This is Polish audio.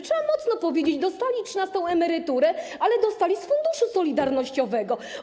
Trzeba mocno powiedzieć: dostali trzynastą emeryturę, ale dostali ją z Funduszu Solidarnościowego.